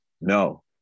no